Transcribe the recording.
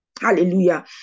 Hallelujah